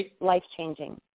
life-changing